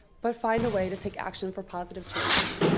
but find a way to take action for positive changes.